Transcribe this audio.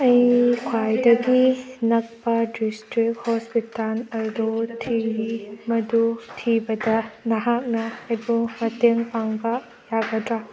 ꯑꯩ ꯈ꯭ꯋꯥꯏꯗꯒꯤ ꯅꯛꯄ ꯗꯤꯁꯇ꯭ꯔꯤꯛ ꯍꯣꯁꯄꯤꯇꯥꯟ ꯊꯤꯔꯤ ꯃꯗꯨ ꯊꯤꯕꯗ ꯅꯍꯥꯛꯅ ꯑꯩꯕꯨ ꯃꯇꯦꯡ ꯄꯥꯡꯕ ꯌꯥꯒꯗ꯭ꯔ